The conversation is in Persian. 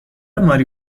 ماری